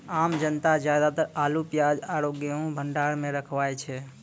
आम जनता ज्यादातर आलू, प्याज आरो गेंहूँ भंडार मॅ रखवाय छै